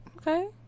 Okay